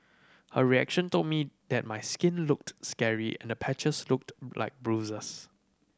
her reaction told me that my skin looked scary and the patches looked like bruises